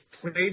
played